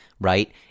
Right